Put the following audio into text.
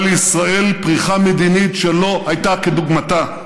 לישראל פריחה מדינית שלא הייתה כדוגמתה,